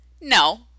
No